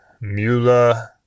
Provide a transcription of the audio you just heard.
Mula